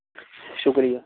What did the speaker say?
شکریہ